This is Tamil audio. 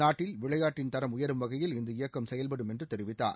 நாட்டில் விளையாட்டின் தரம் உயரும் வகையில் இந்த இயக்கம் செயல்படும் என்று தெரிவித்தார்